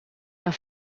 are